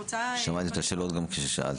שמעתם גם את השאלות ששאלתי.